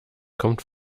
kommt